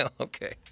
Okay